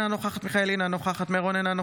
אינה נוכחת אביגדור ליברמן,